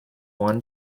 one